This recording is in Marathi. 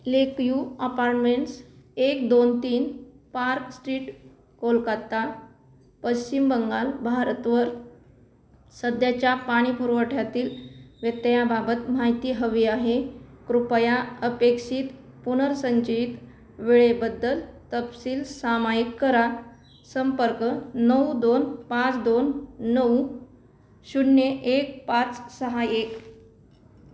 लेकयू अपारमेंट्स एक दोन तीन पार्क स्ट्रीट कोलकाता पश्चिम बंगाल भारतवर सध्याच्या पाणी पुुरवठ्यातील व्यत्ययाबाबत माहिती हवी आहे कृपया अपेक्षित पुनर्संचयित वेळेबद्दल तपशील सामायिक करा संपर्क नऊ दोन पाच दोन नऊ शून्य एक पाच सहा एक